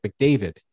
McDavid